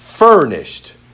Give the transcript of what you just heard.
furnished